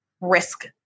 risk